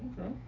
Okay